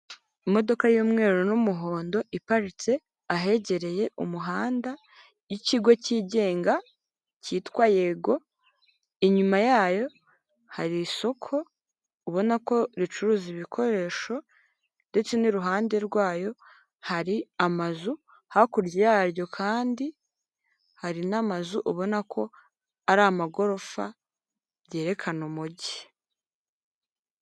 Imodoka y'umweru n'umuhondo iparitse ahegereye umuhanda y'ikigo kigenga kitwa Yego, inyuma yayo hari isoka ubona ko ricuruza ibikoresho ndetse n'iruhande rwayo hari amazu, hakurya yaryo kandi hari n'amazu ubona ko ari amagorofa byerekana umugi.